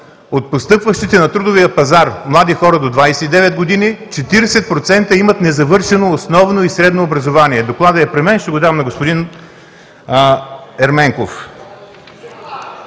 от постъпващите на трудовия пазар млади хора до 29 години, 40% имат незавършено основно и средно образование! Докладът е при мен, ще го дам на господин Ерменков.